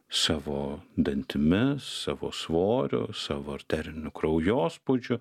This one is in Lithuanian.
savo dantimis savo svoriu savo arteriniu kraujospūdžiu